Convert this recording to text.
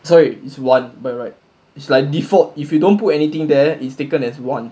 sorry is one by right it's like default if you don't put anything there it's taken as one